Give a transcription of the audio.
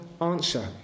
answer